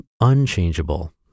unchangeable